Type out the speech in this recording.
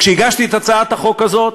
כשהגשתי את הצעת החוק הזאת,